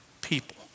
people